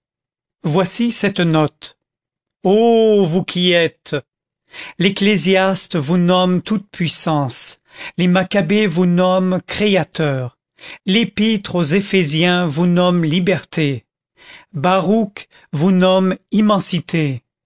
voici cette note ô vous qui êtes l'ecclésiaste vous nomme toute-puissance les macchabées vous nomment créateur l'épître aux éphésiens vous nomme liberté baruch vous nomme immensité